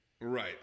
Right